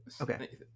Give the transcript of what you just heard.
Okay